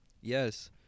Yes